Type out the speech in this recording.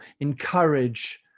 encourage